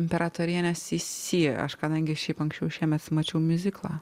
imperatorienę si si aš kadangi šiaip anksčiau šiemet mačiau miuziklą